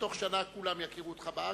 שבתוך שנה כולם יכירו אותך בארץ.